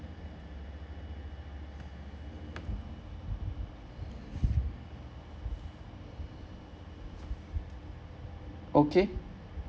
okay